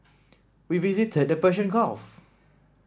we visited the Persian Gulf